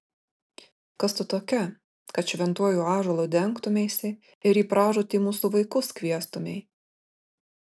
kas tu tokia kad šventuoju ąžuolu dengtumeisi ir į pražūtį mūsų vaikus kviestumei